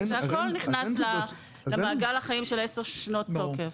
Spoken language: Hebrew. הכול נכנס למעגל החיים של 10 שנות תוקף.